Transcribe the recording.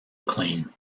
acclaim